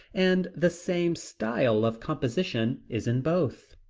and the same style of composition is in both.